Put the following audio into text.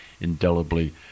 indelibly